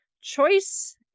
choice